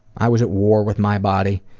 i was at war with my body,